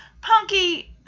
Punky